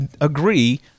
agree